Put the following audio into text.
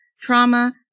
trauma